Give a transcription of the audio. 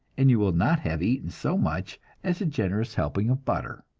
and you will not have eaten so much as a generous helping of butter.